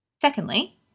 Secondly